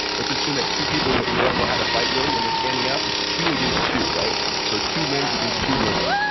let's assume that two people who don't who don't know how to fight really when they're standing up, it's two against two, right? so two limbs against two limbs.